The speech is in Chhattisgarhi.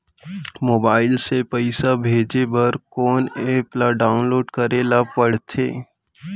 मोबाइल से पइसा भेजे बर कोन एप ल डाऊनलोड करे ला पड़थे?